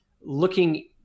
looking